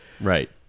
Right